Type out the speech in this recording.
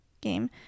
game